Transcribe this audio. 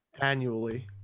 annually